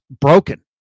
broken